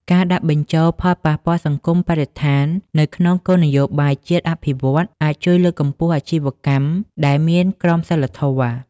ការដាក់បញ្ចូលផលប៉ះពាល់សង្គមបរិស្ថាន នៅក្នុងគោលនយោបាយជាតិអភិវឌ្ឍន៍ អាចជួយលើកកម្ពស់អាជីវកម្មដែលមានក្រមសីលធម៌ ។